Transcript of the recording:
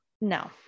No